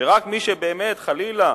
שרק מי שבאמת, חלילה,